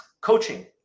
Coaching